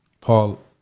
Paul